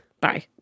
Bye